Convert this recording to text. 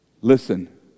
Listen